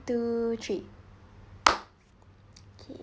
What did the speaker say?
two three k